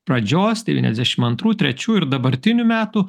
pradžios devyniasdešim antrų trečių ir dabartinių metų